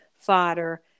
fodder